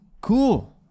Cool